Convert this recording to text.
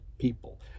People